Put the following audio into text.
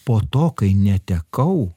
po to kai netekau